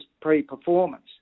pre-performance